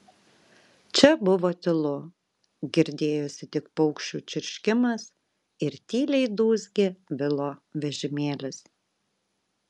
čia buvo tylu girdėjosi tik paukščių čirškimas ir tyliai dūzgė vilo vežimėlis